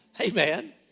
amen